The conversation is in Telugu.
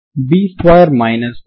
ఇదొక్కటే పరిష్కారం అని మీకు తెలియదు